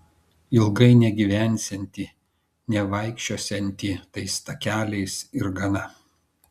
ilgai negyvensianti nevaikščiosianti tais takeliais ir gana